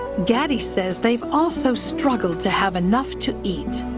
gabby said they also struggled to have enough to eat.